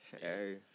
hey